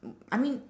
I mean